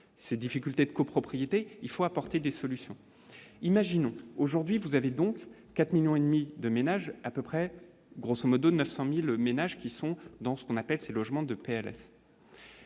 ces difficultés de copropriété, il faut apporter des solutions, imaginons qu'aujourd'hui vous avez donc 4 millions et demi de ménages à peu près grosso-modo 900000 ménages qui sont dans ce qu'on appelle ces logements de PLS.